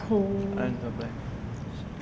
I love black hole